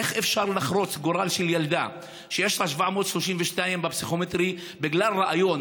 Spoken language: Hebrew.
איך אפשר לחרוץ גורל של ילדה שיש לה 732 בפסיכומטרי בגלל ריאיון?